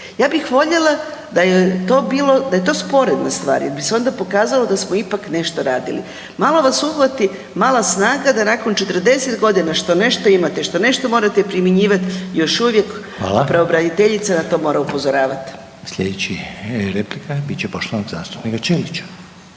da je to bilo, da je to sporedna stvar jer bi se onda pokazalo da smo ipak nešto radili. Malo vas uhvati mala snaga da nakon 40 što nešto imate i što nešto morate promjenjivati još uvijek …/Upadica: Hvala./… pravobraniteljica na to mora upozoravati. **Reiner, Željko (HDZ)** Slijedeća replika bit će poštovanog zastupnika Ćelića.